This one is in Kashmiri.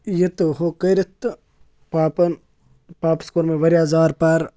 یہِ تہٕ ہُہ کٔرِتھ تہٕ پاپَن پاپَس کوٚر مےٚ واریاہ زار پار